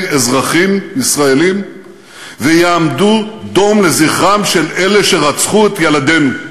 אזרחים ישראלים ויעמדו דום לזכרם של אלה שרצחו את ילדינו.